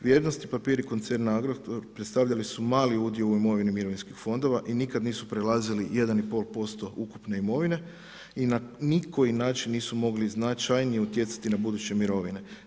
Vrijednosni papiri koncerna Agrokor predstavljali su mali udio u imovini mirovinskih fondova i nikad nisu prelazili 1,5% ukupne imovine i na nikoji način nisu mogli značajnije utjecati na buduće mirovine.